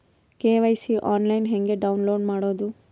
KYC online ಹೆಂಗ್ download ಮಾಡೋದು?